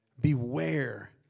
Beware